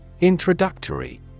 Introductory